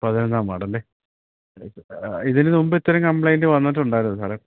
പതിനൊന്നാം വാർഡല്ലേ ഇതിന് മുന് ഇത്തരം കംപ്ലൈൻ്റ് വന്നിട്ടുണ്ടായിരുന്നോ സാറേ